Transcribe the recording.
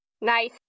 Nice